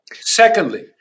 Secondly